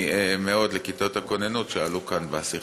מאוד לכיתות הכוננות שעלו כאן בשיחה,